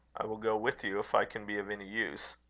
i will go with you if i can be of any use.